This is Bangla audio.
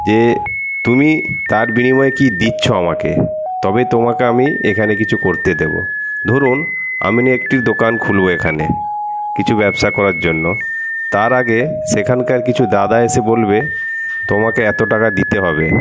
যে তুমি তার বিনিময়ে কি দিচ্ছ আমাকে তবে তোমাকে আমি এখানে কিছু করতে দেবো ধরুন আমি একটি দোকান খুলবো এখানে কিছু ব্যবসা করার জন্য তার আগে সেখানকার কিছু দাদা এসে বলবে তোমাকে এত টাকা দিতে হবে